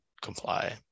comply